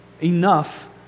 enough